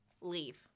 leave